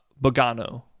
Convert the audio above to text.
Bogano